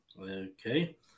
okay